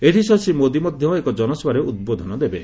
ଏଥିସହ ଶ୍ରୀ ମୋଦି ମଧ୍ୟ ଏକ ଜନସଭାରେ ଉଦ୍ବୋଧନ ଦେବେ